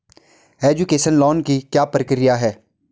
Education loan की क्या प्रक्रिया है?